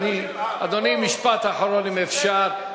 אדוני, משפט אחרון אם אפשר.